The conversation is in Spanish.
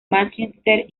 manchester